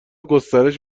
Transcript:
گسترش